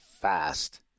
fast